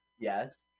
Yes